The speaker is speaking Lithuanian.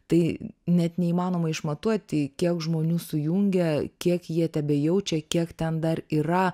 tai net neįmanoma išmatuoti kiek žmonių sujungia kiek jie tebejaučia kiek ten dar yra